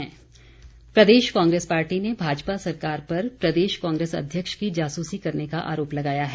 जासूसी आरोप प्रदेश कांग्रेस पार्टी ने भाजपा सरकार पर प्रदेश कांग्रेस अध्यक्ष की जासूसी करने का आरोप लगाया है